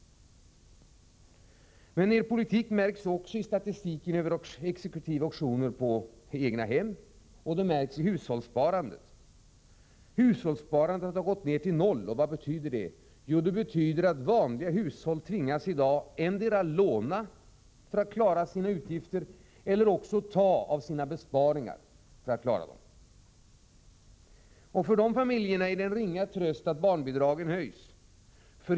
Regeringens politik märks också i statistiken över exekutiva auktioner på egnahem, och den märks i hushållssparandet. Hushållssparandet har gått ned till noll. Vad betyder det? Jo, i klartext innebär detta att många hushåll tvingas att endera låna eller ta av sina besparingar för att klara sina utgifter. För dessa familjer är det en ringa tröst att barnbidragen höjs.